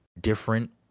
different